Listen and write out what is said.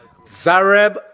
Zareb